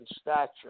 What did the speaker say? stature